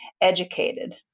educated